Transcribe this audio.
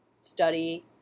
Study